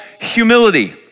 humility